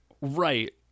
Right